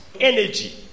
energy